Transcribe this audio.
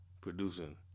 producing